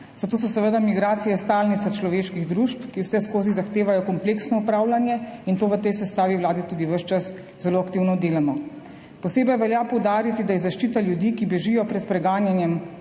zato so seveda migracije stalnica človeških družb, ki vseskozi zahtevajo kompleksno upravljanje in to v tej sestavi vlade tudi ves čas zelo aktivno delamo. Posebej velja poudariti, da je zaščita ljudi, ki bežijo pred preganjanjem,